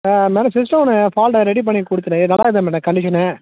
madam system ஒன்று ஃபால்டை ready பண்ணி கொடுத்தனே நல்லா இருக்குதா மேடம் கண்டிஷனு